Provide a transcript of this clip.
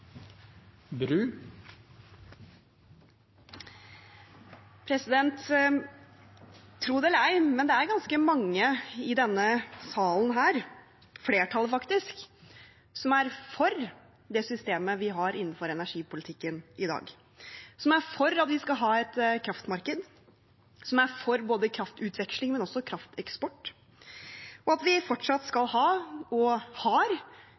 Tro det eller ei, men det er ganske mange i denne salen, flertallet faktisk, som er for det systemet vi har innenfor energipolitikken i dag – som er for at vi skal ha et kraftmarked, som er for både kraftutveksling og krafteksport, og for at vi fortsatt skal ha og har